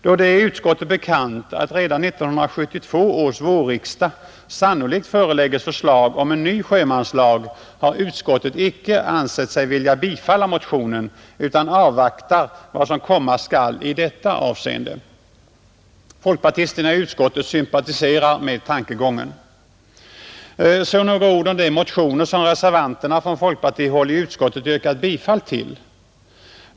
Då det är utskottet bekant att redan 1972 års vårriksdag sannolikt förelägges förslag om en ny sjömanslag, har utskottet icke ansett sig vilja biträda motionen utan avvaktar vad som komma skall i detta avseende, Folkpartisterna i utskottet sympatiserar med tankegången. Sedan några ord om de motioner som reservanterna från folkpartihåll i utskottet yrkat bifall till.